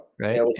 Right